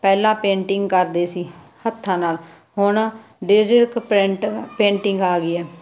ਪਹਿਲਾਂ ਪੇਂਟਿੰਗ ਕਰਦੇ ਸੀ ਹੱਥਾਂ ਨਾਲ ਹੁਣ ਡੇਜਰਕ ਪ੍ਰਿੰਟਰ ਪੇਂਟਿੰਗ ਆ ਗਈ ਆ